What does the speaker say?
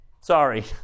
Sorry